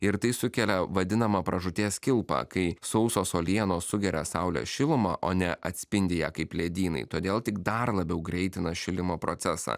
ir tai sukelia vadinamą pražūties kilpą kai sausos uolienos sugeria saulės šilumą o ne atspindi ją kaip ledynai todėl tik dar labiau greitina šilimo procesą